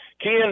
Ken